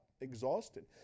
exhausted